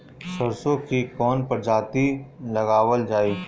सरसो की कवन प्रजाति लगावल जाई?